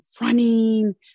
running